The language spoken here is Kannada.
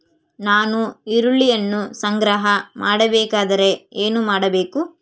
ನಾನು ಈರುಳ್ಳಿಯನ್ನು ಸಂಗ್ರಹ ಮಾಡಬೇಕೆಂದರೆ ಏನು ಮಾಡಬೇಕು?